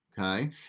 okay